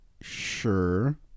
sure